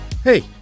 Hey